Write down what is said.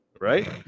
right